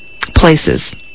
places